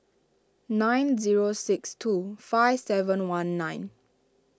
nine zero six two five seven one nine